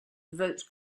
vote